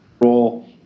role